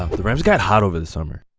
ah the rams got hot over the summer